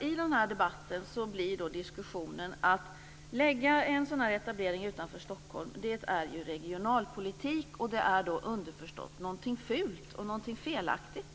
I den här debatten sägs det att en sådan här etablering utanför Stockholm ju är regionalpolitik, som underförstått skulle vara någonting fult och felaktigt.